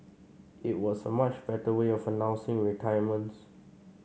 it was a much better way of announcing retirements